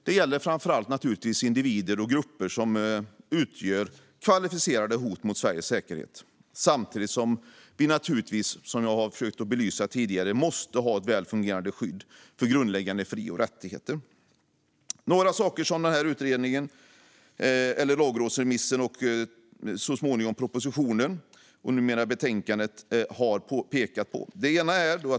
Det gäller framför allt individer och grupper som utgör kvalificerade hot mot Sveriges säkerhet. Samtidigt måste vi naturligtvis, som jag har försökt belysa tidigare, ha ett väl fungerande skydd för grundläggande fri och rättigheter. Jag ska ta upp några saker som det har pekats på i lagrådsremissen och så småningom i propositionen och nu betänkandet.